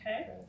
Okay